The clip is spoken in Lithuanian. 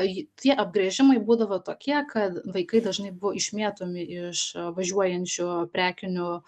ji tie apibrėžimai būdavo tokie kad vaikai dažnai buvo išmėtomi iš važiuojančių prekinių